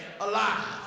alive